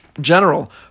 General